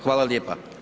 Hvala lijepa.